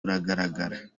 uragaragara